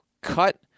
cut